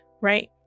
right